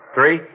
Three